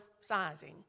sizing